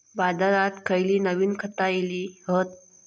बाजारात खयली नवीन खता इली हत?